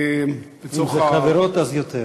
אם זה חברות אז יותר.